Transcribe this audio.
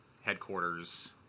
headquarters